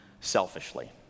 selfishly